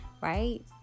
right